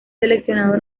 seleccionado